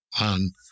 on